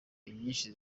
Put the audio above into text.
inyinshi